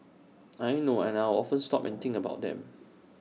I know I'll often stop and think about them